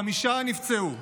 חמישה נפצעו.